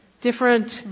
different